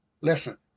Listen